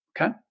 okay